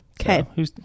Okay